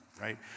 Right